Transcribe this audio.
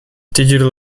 digital